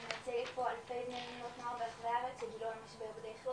אני מייצגת פה אלפי בני ובנות נוער ברחבי הארץ שגילו על המשבר בדרך לא